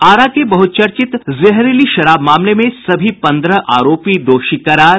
आरा के बहुचर्चित जहरीली शराब मामले में सभी पन्द्रह आरोपी दोषी करार